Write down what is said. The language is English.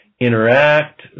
interact